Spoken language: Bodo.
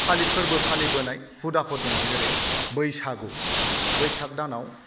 फालि फोरबो फालिबोनाय हुदाफोर दङ जेरै बैसागु बैसाग दानाव